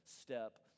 step